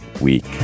week